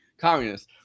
communists